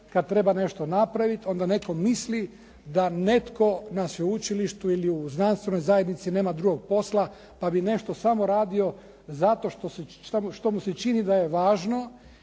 kad treba nešto napravit onda netko misli da netko na sveučilištu ili znanstvenoj zajednici nema drugog posla pa bi nešto samo radio zato što mu se čini da je važno